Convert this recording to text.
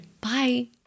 Bye